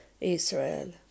Israel